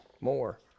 more